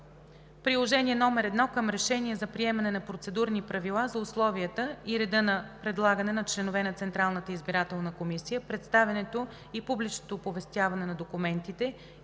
Приложение № 2 към Решение за приемане на Процедурни правила за условията и реда за предлагане на членове на Централната избирателна комисия, представянето и публичното оповестяване на документите